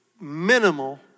minimal